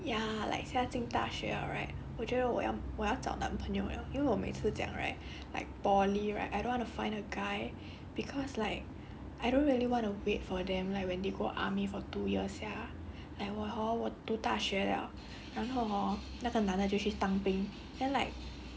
ya like 踏进大学 liao right 我觉得我要我要找男朋友了因为我每次这样 right like poly right I don't wanna find a guy cause like I don't really want to wait for them like when they go army for two years sia like 我 hor 我读大学 liao 然后 hor 那个男的就去当兵 then like